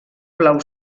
blau